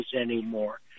anymore